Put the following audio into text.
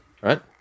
right